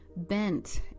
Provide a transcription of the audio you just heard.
bent